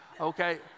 okay